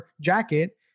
jacket